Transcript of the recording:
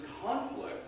conflict